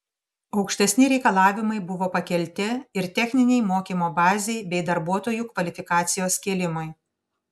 aukštesni reikalavimai buvo pakelti ir techninei mokymo bazei bei darbuotojų kvalifikacijos kėlimui